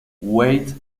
wade